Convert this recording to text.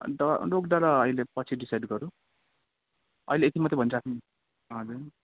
अन्त नोकडाँडा अहिले पछि डिसाइड गरौँ अहिले यति मात्रै भनिराख्नु नि हजुर